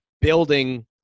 building